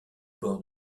bord